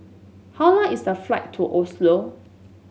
how long is the flight to Oslo